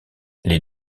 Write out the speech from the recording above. les